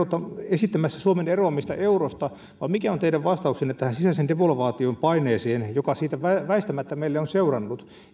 esittämässä suomen eroamista eurosta vai mikä on teidän vastauksenne tähän sisäisen devalvaation paineeseen joka siitä väistämättä meille on seurannut